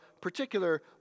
particular